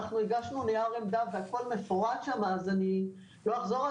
אנחנו הגשנו נייר עמדה והכול מפורט שם אז אני לא אחזור,